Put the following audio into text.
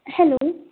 hello